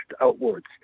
outwards